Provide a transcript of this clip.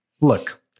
look